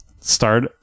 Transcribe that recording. start